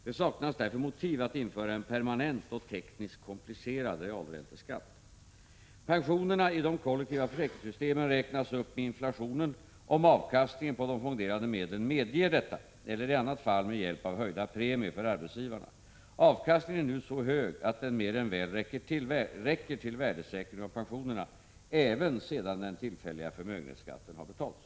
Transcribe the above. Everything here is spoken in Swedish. Det saknas därför motiv att införa en permanent och tekniskt komplicerad realränteskatt. Pensionerna i de kollektiva försäkringssystemen räknas upp med inflationen, om avkastningen på de fonderade medlen medger detta, i annat fall med hjälp av höjda premier för arbetsgivarna. Avkastningen är nu så hög att den mer än väl räcker till värdesäkring av pensionerna även sedan den tillfälliga förmögenhetsskatten betalts.